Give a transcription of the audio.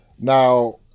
Now